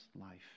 life